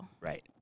Right